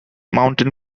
mountain